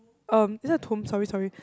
um is it a tomb sorry sorry